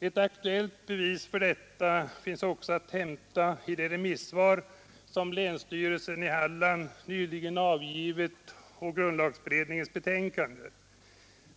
Ett aktuellt bevis för detta finns också att hämta i det remissvar som länsstyrelsen i Hallands län nyligen avgivit på grundlagberedningens betänkande.